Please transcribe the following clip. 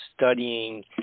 studying